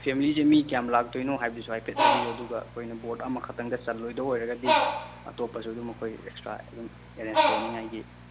ꯐꯦꯃꯤꯂꯤꯁꯤ ꯃꯤ ꯀꯌꯥꯝ ꯂꯥꯛꯇꯣꯏꯅꯣ ꯍꯥꯏꯕꯗꯨꯁꯨ ꯍꯥꯏꯐꯦꯠ ꯍꯥꯏꯕꯤꯌꯨ ꯑꯗꯨꯒ ꯑꯩꯈꯣꯏꯅ ꯕꯣꯠ ꯑꯃꯈꯛꯇꯪꯗ ꯆꯜꯂꯣꯏꯗꯧꯕ ꯑꯣꯏꯔꯒꯗꯤ ꯑꯇꯣꯞꯄꯁꯨ ꯑꯗꯨꯝ ꯑꯩꯈꯣꯏ ꯑꯦꯛꯁꯇ꯭ꯔꯥ ꯑꯗꯨꯝ ꯑꯦꯔꯦꯟꯖ ꯇꯧꯅꯤꯡꯉꯥꯏꯒꯤ